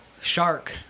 shark